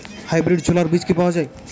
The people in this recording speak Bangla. হাইব্রিড ছোলার বীজ কি পাওয়া য়ায়?